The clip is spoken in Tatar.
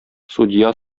судья